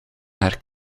haar